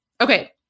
Okay